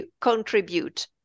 Contribute